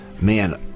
Man